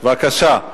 בבקשה.